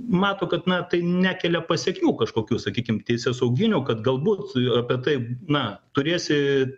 mato kad na tai nekelia pasekmių kažkokių sakykim teisėsauginių kad galbūt apie tai na turėsi